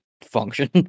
function